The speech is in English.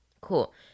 Cool